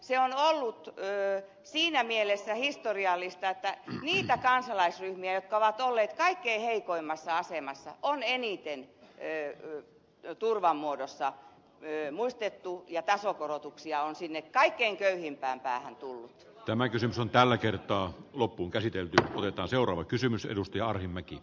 se on ollut siinä mielessä historiallista että niitä kansalaisryhmiä jotka ovat olleet kaikkein heikoimmassa asemassa on eniten turvan muodossa muistettu ja tasokorotuksia on sinne kaikkein köyhimpään päähän tullut tämä kysymys on tällä kertaa loppuunkäsiteltynä valita seuraava kysymys edustajaa remigi